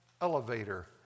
elevator